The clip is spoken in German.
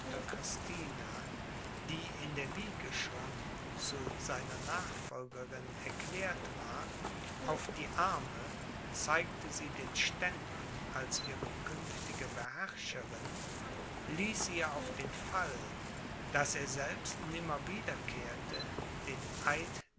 die in der wiege schon zu seiner nachfolgerin erklärt war auf die arme zeigte sie den ständen als ihre künftige beherrscherin ließ ihr auf den fall daß er selbst nimmer wiederkehrte den eid